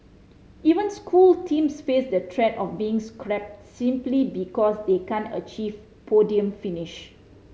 even school teams face the threat of being scrapped simply because they can't achieve podium finish